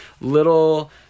little